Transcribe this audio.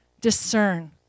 discern